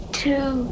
two